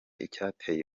icyateye